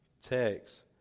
text